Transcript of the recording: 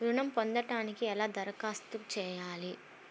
ఋణం పొందటానికి ఎలా దరఖాస్తు చేయాలి?